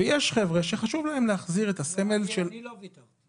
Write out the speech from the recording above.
ויש חבר'ה שחשוב להם להחזיר את הסמל של -- אני לא ויתרתי.